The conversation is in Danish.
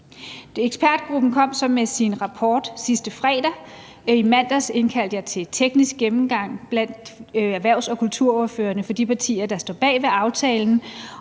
Ekspertgruppen kom så med sin rapport sidste fredag. I mandags indkaldte jeg til teknisk gennemgang blandt erhvervs- og kulturordførerne for de partier, der står bag aftalen,